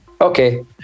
okay